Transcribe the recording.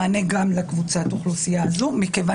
ייתן מענה גם לקבוצת האוכלוסייה הזאת מכיוון